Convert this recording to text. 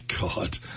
God